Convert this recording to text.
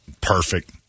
Perfect